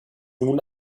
nun